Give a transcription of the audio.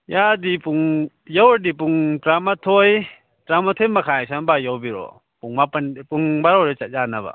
ꯌꯥꯔꯗꯤ ꯄꯨꯡ ꯌꯧꯔꯗꯤ ꯄꯨꯡ ꯇꯔꯥꯃꯥꯊꯣꯏ ꯇꯔꯥꯃꯥꯊꯣꯏ ꯃꯈꯥꯏ ꯁ꯭ꯋꯥꯏ ꯃꯄꯥ ꯌꯧꯕꯤꯔꯛꯑꯣ ꯄꯨꯡ ꯃꯥꯄꯟꯗ ꯄꯨꯡ ꯕꯥꯔꯣꯗꯩ ꯆꯠ ꯌꯥꯅꯕ